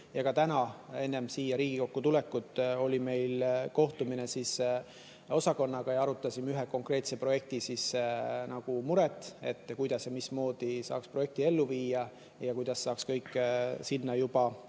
Ka täna, enne siia Riigikokku tulekut oli meil kohtumine osakonnaga, arutasime ühe konkreetse projekti muret, mismoodi saaks projekti ellu viia ja kuidas saaks kõik sinna juba